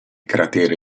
cratere